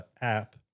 app